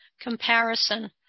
comparison